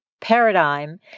paradigm